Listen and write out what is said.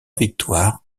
victoires